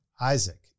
Isaac